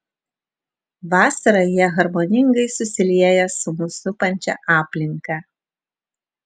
vasarą jie harmoningai susilieja su mus supančia aplinka